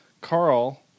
Carl